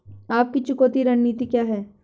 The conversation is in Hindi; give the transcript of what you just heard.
आपकी चुकौती रणनीति क्या है?